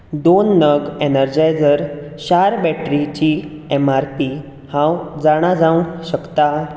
दोन नग एनर्जायझर क्षार बॅटरीची ऍम आर पी हांव जाणा जावंक शकता